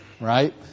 right